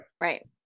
Right